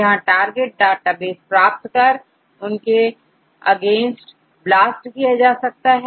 यहां target database प्राप्त कर उनके अगेंस्ट ब्लास्ट किया जा सकता है